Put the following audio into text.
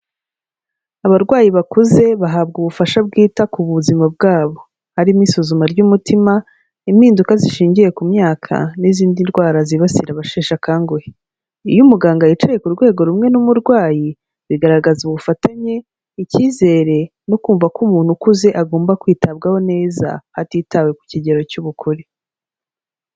Abarwayi bakuze bahabwa ubufasha bwita ku buzima bwabo; harimo isuzuma ry'umutima, impinduka zishingiye ku myaka n'izindi ndwara zibasira abasheshe akanguhe. Iyo umuganga yicaye ku rwego rumwe n'umurwayi, bigaragaza ubufatanye, icyizere no kumva ko umuntu ukuze agomba kwitabwaho neza hatitawe ku kigero cy'ubukure.